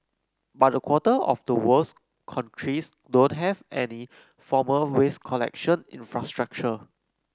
but a quarter of the world's countries don't have any formal waste collection infrastructure